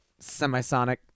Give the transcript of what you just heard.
semisonic